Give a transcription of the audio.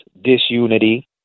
disunity